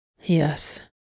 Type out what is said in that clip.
Yes